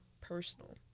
personal